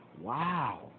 Wow